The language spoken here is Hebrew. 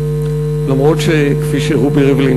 אף שכפי שרובי ריבלין,